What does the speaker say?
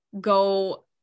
Go